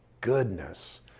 goodness